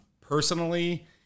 Personally